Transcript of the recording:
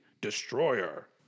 Destroyer